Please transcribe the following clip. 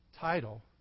title